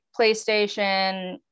PlayStation